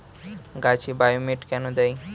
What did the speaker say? গাছে বায়োমেট কেন দেয়?